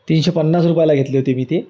तिनशे पन्नास रुपयाला घेतली होती मी ती